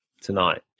tonight